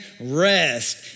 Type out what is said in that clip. rest